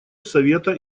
совета